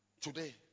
today